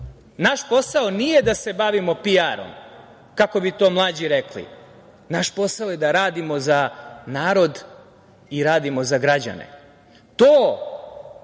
naš posao nije da se bavimo PR-om, kako bi to mlađi rekli. Naš posao je da radimo za narod i radimo za građane. To